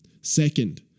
Second